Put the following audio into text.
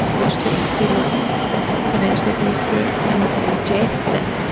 which took me three months to eventually go through and digest it,